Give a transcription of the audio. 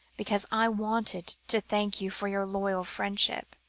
because i wanted to thank you for your loyal friendship